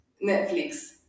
Netflix